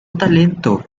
talento